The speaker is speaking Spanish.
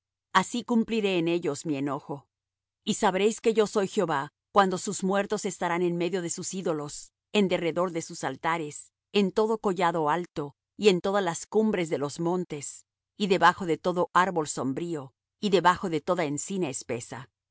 así cumpliré en ellos mi enojo y sabréis que yo soy jehová cuando sus muertos estarán en medio de sus ídolos en derredor de sus altares en todo collado alto y en todas las cumbres de los montes y debajo de todo árbol sombrío y debajo de toda encina espesa